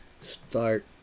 start